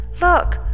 look